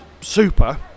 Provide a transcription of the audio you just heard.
super